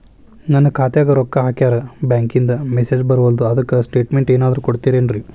ನನ್ ಖಾತ್ಯಾಗ ರೊಕ್ಕಾ ಹಾಕ್ಯಾರ ಬ್ಯಾಂಕಿಂದ ಮೆಸೇಜ್ ಬರವಲ್ದು ಅದ್ಕ ಸ್ಟೇಟ್ಮೆಂಟ್ ಏನಾದ್ರು ಕೊಡ್ತೇರೆನ್ರಿ?